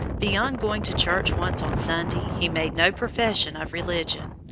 beyond going to church once on sunday he made no profession of religion,